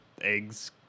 eggs